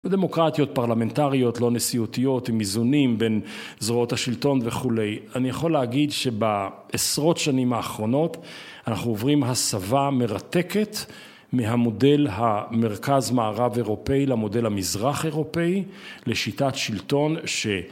ודמוקרטיות פרלמנטריות לא נשיאותיות עם איזונים בין זרועות השלטון וכולי אני יכול להגיד שבעשרות שנים האחרונות אנחנו עוברים הסבה מרתקת מהמודל המרכז מערב אירופאי למודל המזרח אירופאי לשיטת שלטון ש..